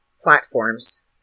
platforms